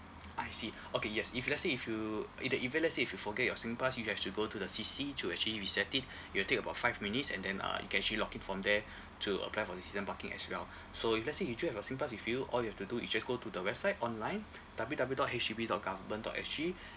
I see okay yes if let's say if you in the event let's say if you forget your SINGPASS you have to go to the C_C to actually reset it it'll take about five minutes and then uh you can actually log in from there to apply for the season parking as well so if let's say you do have your SINGPASS with you all you have to do is just go to the website online W W dot H D B dot government dot S G